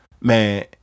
man